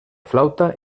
flauta